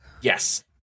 Yes